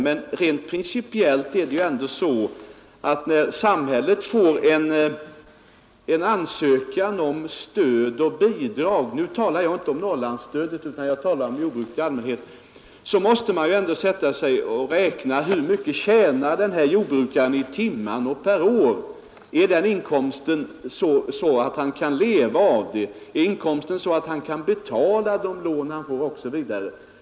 Men rent principiellt är det ändå så att när samhällets organ får en ansökan om lån och bidrag — och jag talar nu inte bara om Norrlandsstödet utan om rationaliseringsstöd i allmänhet — måste man beräkna hur mycket jordbrukaren i fråga kommer att tjäna per timme och per år. Är denna inkomst så stor att han kan leva på den och betala de lån han får osv.?